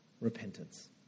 repentance